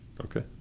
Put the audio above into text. okay